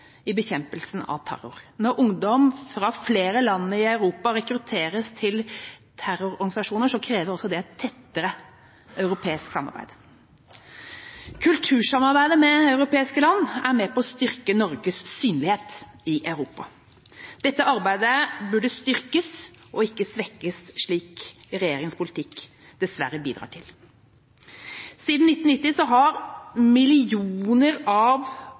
i bekjempelsen av terror. Når ungdom fra flere land i Europa rekrutteres til terrororganisasjoner, krever det et tettere europeisk samarbeid. Kultursamarbeidet med europeiske land er med på å styrke Norges synlighet i Europa. Dette arbeidet burde styrkes og ikke svekkes, slik regjeringas politikk dessverre bidrar til. Siden 1990 har andelen mennesker som lever i ekstrem fattigdom – og det er millioner